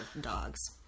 dogs